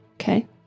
Okay